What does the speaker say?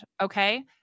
Okay